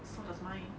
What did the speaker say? so does mine